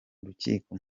rukiko